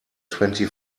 twenty